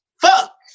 Fuck